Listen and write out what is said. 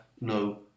no